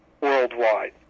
worldwide